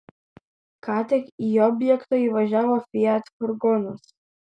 ką tik į objektą įvažiavo fiat furgonas